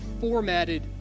formatted